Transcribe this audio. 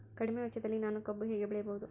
ಕಡಿಮೆ ವೆಚ್ಚದಲ್ಲಿ ನಾನು ಕಬ್ಬು ಹೇಗೆ ಬೆಳೆಯಬಹುದು?